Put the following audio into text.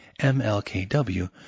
MLKW